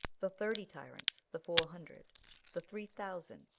the thirty tyrants the four hundred the three thousand,